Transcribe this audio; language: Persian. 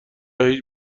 هیچ